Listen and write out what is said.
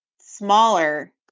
smaller